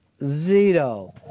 Zito